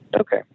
Okay